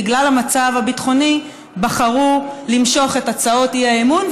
בגלל המצב הביטחוני בחרו למשוך את הצעות האי-אמון,